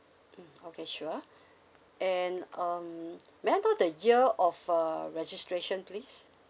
mm okay sure and um may I know the year of uh registration please